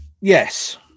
Yes